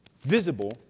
visible